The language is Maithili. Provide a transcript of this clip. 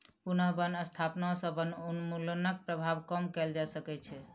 पुनः बन स्थापना सॅ वनोन्मूलनक प्रभाव कम कएल जा सकै छै